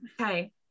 Okay